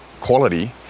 quality